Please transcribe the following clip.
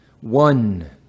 one